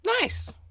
Nice